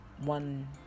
one